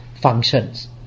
functions